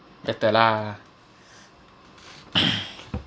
better lah